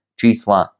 čísla